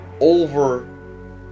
over